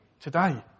Today